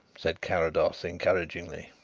said carrados encouragingly.